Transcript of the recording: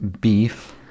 beef